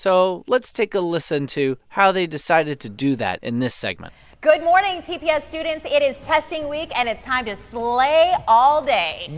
so let's take a listen to how they decided to do that in this segment good morning, tps students. it is testing week. and it's time to slay all day